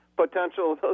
potential